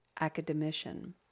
academician